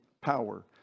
power